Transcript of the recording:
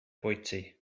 bwyty